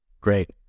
Great